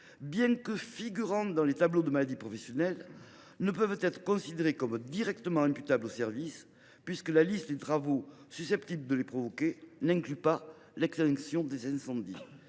et qui figurent dans les tableaux des maladies professionnelles, ne sont pas considérés comme directement imputables au service. La raison en est que la liste des travaux susceptibles de les provoquer n’inclut pas l’extinction des incendies.